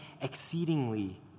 exceedingly